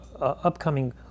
upcoming